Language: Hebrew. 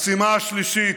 (חבר הכנסת נאור שירי יוצא מאולם המליאה.) המשימה השלישית,